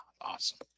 Awesome